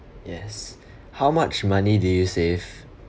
yes how much money do you save